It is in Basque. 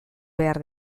behar